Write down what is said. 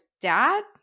dad